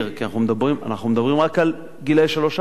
אנחנו מדברים רק על גילאי שלוש-ארבע,